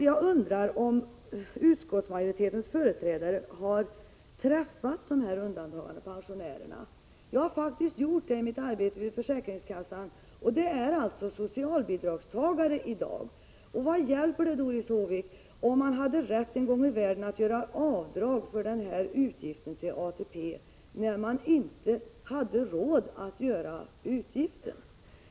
Jag undrar om utskottsmajoritetens företrädare har träffat undantagandepensionärerna. Jag har faktiskt gjort det i mitt arbete vid försäkringskassan. De är i dag socialbidragstagare. Vad hjälper det, Doris Håvik, om man en gång i världen hade rätt att göra avdrag för utgiften till ATP, när man inte hade råd med den utgiften?